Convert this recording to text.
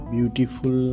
Beautiful